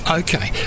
okay